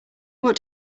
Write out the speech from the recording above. what